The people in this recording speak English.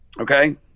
Okay